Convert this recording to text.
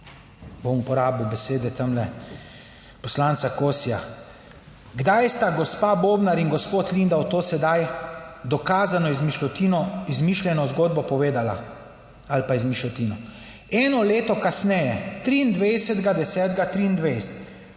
bom uporabil besede tamle poslanca Kosija, kdaj sta gospa Bobnar in gospod Lindav to sedaj dokazano izmišljotino, izmišljeno zgodbo povedala ali pa izmišljotino? Eno leto kasneje, 23. 10.